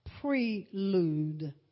Prelude